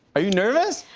are you nervous?